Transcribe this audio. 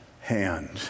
hand